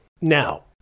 Now